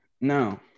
No